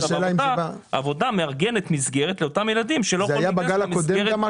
העבודה מארגנת מסגרת לימודית לאותם ילדים, למשל,